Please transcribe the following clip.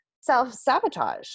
self-sabotage